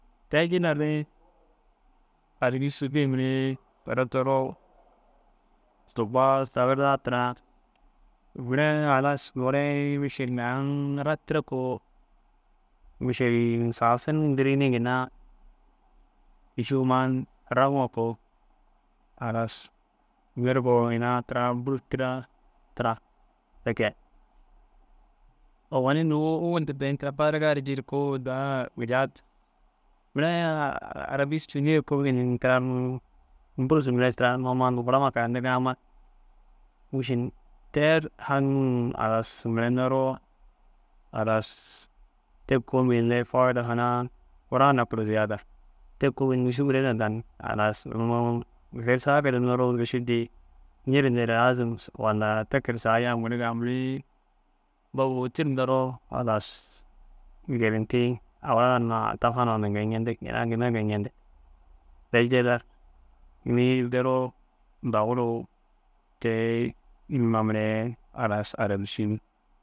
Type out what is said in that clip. Te jillan nu Arabi Sûdiye mire tira mire halas mîšilu au raktire koo sasun dîriyinii ginna kîši huma raŋire koo halas ŋgirigiroo koo ina tira bur tîra tira. Te kee owonni nuŋu ôllu teere ini tira fadiriga ru jii ru kuuda gijatu. Mire Arabi Sûdiye koo ini tira bûrs mire tira amma nugurama karayintigaa amma mîšil tee ru haŋim. Halas mire neroo halas te kôoli fayira hunaa kuiraa na ziyada. Te kôoli nûši mire na danni. Halas dêri saakidu neroo nûuši dîyi. Jîretigi nee re aazum walla te kege ru yaam saga niriga mere babo ôwoti ru neroo. Halas gêrentii. Awaa na tafa naana geeyintu ncentig. Inaa ginna geeyintu jillan nu nii deroo daguru te niima mire halas arabi Sûdiye.